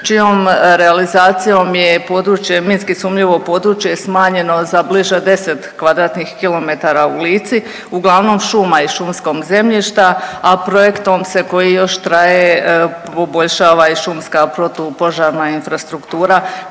čijom realizacijom je i područje, minski sumnjivo područje smanjeno za bliže 10 kvadratnih kilometara u Lici uglavnom šuma i šumskog zemljišta, a projektom se koji još traje poboljšava i šumska protu požarna infrastruktura